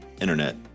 internet